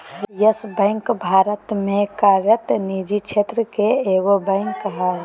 yes Bank Bharat में कार्यरत निजी क्षेत्र के एगो बैंक हइ